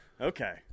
Okay